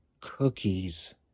Cookies